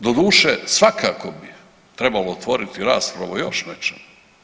Doduše svakako bi trebalo otvoriti raspravu o još nečemu.